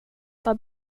vad